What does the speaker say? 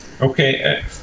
Okay